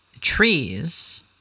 trees